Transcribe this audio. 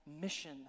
mission